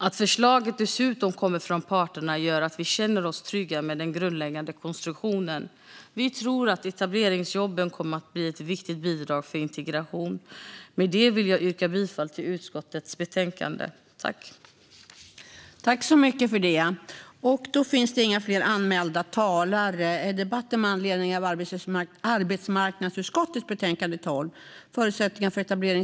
Att förslaget dessutom kommer från parterna gör att vi känner oss trygga med den grundläggande konstruktionen. Vi tror att etableringsjobben kommer att bli ett viktigt bidrag till integrationen. Med detta yrkar jag bifall till utskottets förslag i betänkandet.